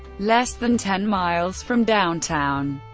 less than ten miles from downtown,